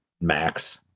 max